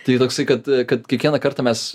tai toksai kad kad kiekvieną kartą mes